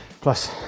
plus